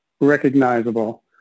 recognizable